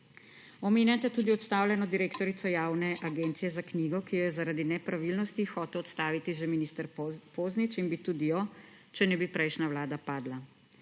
Omenjate tudi odstavljeno direktorico Jane agencije za knjigo, je jo je zaradi nepravilnosti hotel odstaviti že minister Poznič in bi tudi jo, če ne bi prejšnja vlada padla.